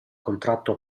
contratto